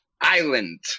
island